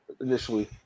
initially